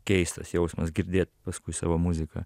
keistas jausmas girdėt paskui savo muziką